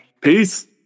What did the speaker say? peace